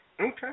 Okay